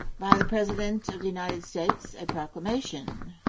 by the president of the united states. a proclamation.